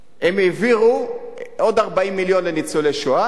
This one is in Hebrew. הם העבירו עוד 40 מיליון לניצולי שואה,